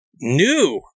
new